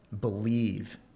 believe